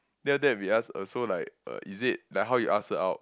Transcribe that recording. then after that we ask uh so like uh is it like how you ask her out